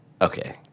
Okay